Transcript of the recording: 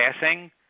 passing